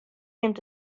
nimt